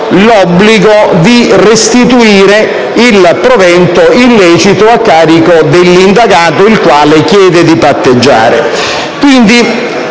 l'obbligo di restituire il provento illecito a carico dell'indagato il quale chiede di patteggiare.